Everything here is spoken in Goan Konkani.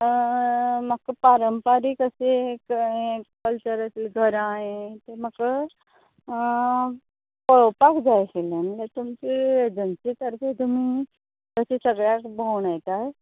म्हाका पारंपारीक अशें एक हें कल्चरांतलीं घरां हें तें म्हाका पळोवपाक जाय आशिल्लें म्हणल्या तुमची एजन्सी सारके तुमी अशें सगळ्याक भोंवणयतात